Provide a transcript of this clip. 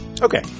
okay